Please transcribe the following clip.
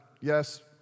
yes